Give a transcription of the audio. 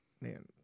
man